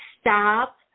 Stop